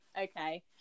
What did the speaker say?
okay